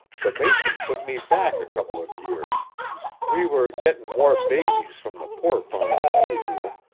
the matron put me back a couple of years we were gettin' more babies from the poor-farm than usual,